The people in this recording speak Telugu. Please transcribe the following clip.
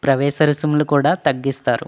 ప్రవేశ రుసుములు కూడా తగ్గిస్తారు